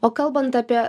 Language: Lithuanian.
o kalbant apie